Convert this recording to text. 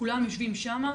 כולם יושבים שם,